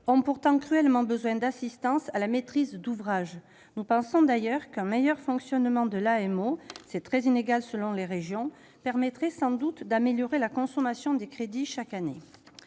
ont pourtant cruellement besoin d'assistance à la maîtrise d'ouvrage (AMO). Nous pensons d'ailleurs qu'un meilleur fonctionnement de l'AMO- la situation est très inégale selon les régions -permettrait sans doute d'améliorer la consommation des crédits chaque année.